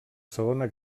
segona